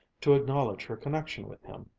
to acknowledge her connection with him,